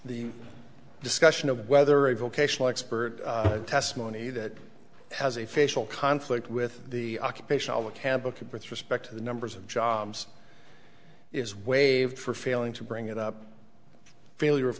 the discussion of whether a vocational expert testimony that has a facial conflict with the occupation all we can book with respect to the numbers of jobs is waived for failing to bring it up failure of